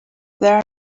there